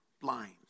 blind